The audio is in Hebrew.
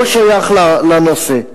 לא שייך לנושא.